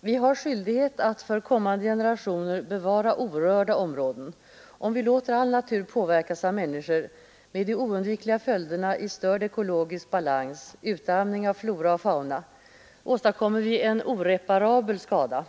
Vi har skyldighet att för kommande generationer bevara orörda områden. Om vi låter all natur påverkas av människor, med de oundvikliga följderna i störd ekologisk balans, utarmning av flora och fauna, åstadkommer vi en oreparabel skada.